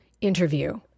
interview